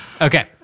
Okay